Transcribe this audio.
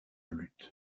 lutte